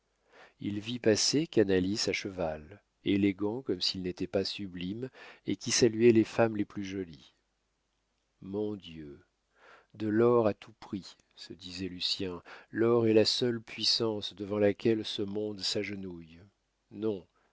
il vit passer canalis à cheval élégant comme s'il n'était pas sublime et qui saluait les femmes les plus jolies mon dieu de l'or à tout prix se disait lucien l'or est la seule puissance devant laquelle ce monde s'agenouille non